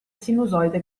sinusoide